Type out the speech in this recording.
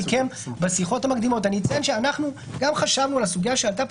אנחנו גם חשבנו על הסוגיה שעלתה פה